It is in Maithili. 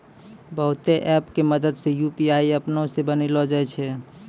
बहुते ऐप के मदद से यू.पी.आई अपनै से बनैलो जाय छै